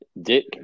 Dick